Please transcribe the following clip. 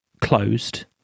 closed